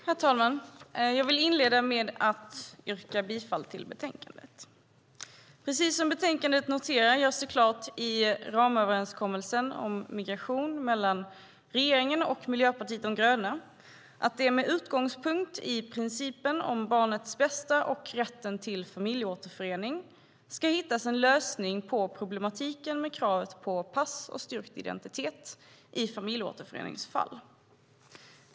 Herr talman! Jag vill inleda med att yrka bifall till utskottets förslag i betänkandet. Precis som i betänkandet noterar jag att enligt ramöverenskommelsen om migration mellan regeringen och Miljöpartiet de gröna är det problematiken med krav på pass och styrkt identitet i familjeåterföreningsfall, med utgångspunkt i principen om barnets bästa och rätten till familjeåterförening, som det ska hittas en lösning på.